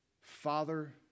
father